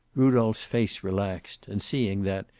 rudolph's face relaxed, and seeing that,